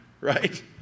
right